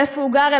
ואיפה הוא גר,